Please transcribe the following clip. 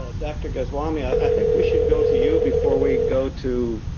ah dr. goswami, i think we should go to you before we go to